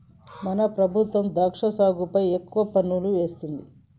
మన ప్రభుత్వం ద్రాక్ష సాగుపై ఎక్కువ పన్నులు వేస్తుంది